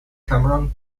cameron